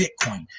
Bitcoin